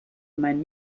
man